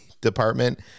department